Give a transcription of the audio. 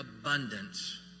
abundance